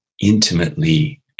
intimately